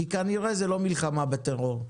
כי כנראה זה לא מלחמה בטרור.